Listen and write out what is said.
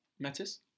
Metis